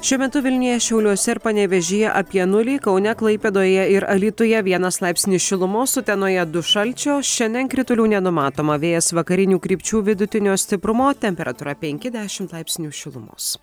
šiuo metu vilniuje šiauliuose ir panevėžyje apie nulį kaune klaipėdoje ir alytuje vienas laipsnis šilumos utenoje du šalčio šiandien kritulių nenumatoma vėjas vakarinių krypčių vidutinio stiprumo temperatūra penki dešimt laipsnių šilumos